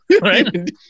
right